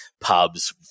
pubs